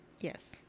Yes